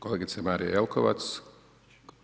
Kolegica Marija Jelkovac.